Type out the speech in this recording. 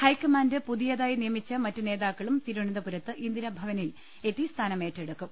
high command പുതിയതായി നിയമിച്ച മറ്റു നേതാക്കളും തിരുവനന്തപുരത്ത് ഇന്ദിരാഭവനിൽ എത്തി സ്ഥാനമേറ്റെടുക്കും